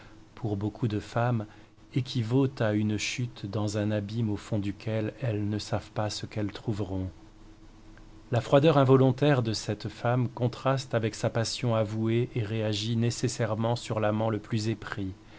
pour beaucoup de femmes équivaut à une chute dans un abîme au fond duquel elles ne savent pas ce qu'elles trouveront la froideur involontaire de cette femme contraste avec sa passion avouée et réagit nécessairement sur l'amant le plus épris